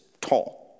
tall